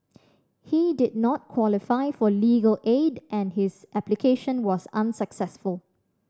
he did not qualify for legal aid and his application was unsuccessful